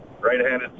right-handed